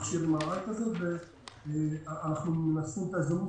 לשים מכשיר MRI. אני מנצל את ההזדמנות